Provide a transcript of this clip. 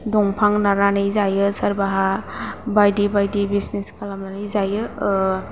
दंफां नारनानै जायो सोरबाहा बायदि बायदि बिजनिस खालामनानै जायो